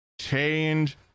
change